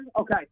Okay